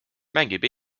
mängib